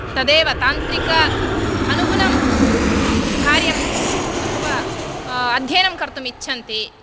तदेव तान्त्रिक अनुगुणं कार्यम् अथवा अध्ययनं कर्तुम् इच्छन्ति